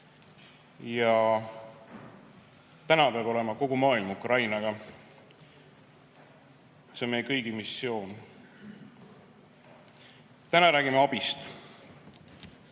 Ja täna peab olema kogu maailm Ukrainaga. See on meie kõigi missioon. Täna räägime abist.